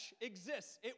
exists